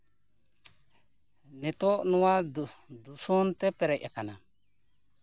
ᱱᱤᱛᱳᱜ ᱱᱚᱣᱟ ᱫᱩᱥᱚᱱ ᱛᱮ ᱯᱮᱨᱮᱡ ᱟᱠᱟᱱᱟ